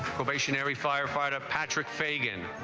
firefighter patrick fagan